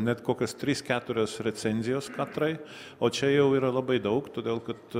net kokias tris keturias recenzijos katrai o čia jau yra labai daug todėl kad